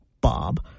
Bob